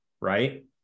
right